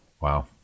wow